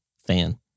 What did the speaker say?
fan